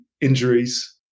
injuries